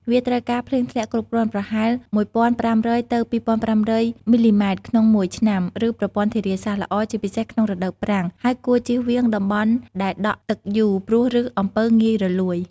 វាត្រូវការ ភ្លៀងធ្លាក់គ្រប់គ្រាន់ ប្រហែល ១៥០០ ទៅ ២៥០០ មិល្លីម៉ែត្រក្នុងមួយឆ្នាំ ឬប្រព័ន្ធធារាសាស្ត្រល្អ ជាពិសេសក្នុងរដូវប្រាំង ហើយគួរចៀសវាងតំបន់ដែលដក់ទឹកយូរ ព្រោះឫសអំពៅងាយរលួយ។